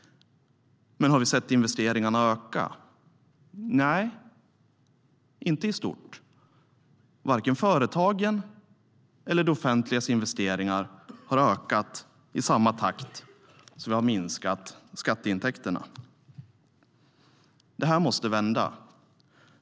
Men har vi sett investeringarna öka? Nej, inte i stort. Varken företagens eller det offentligas investeringar har ökat i samma takt som skatteintäkterna har minskat. Det här måste vända.